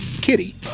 Kitty